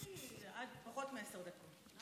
פחות מעשר דקות.